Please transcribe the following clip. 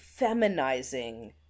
feminizing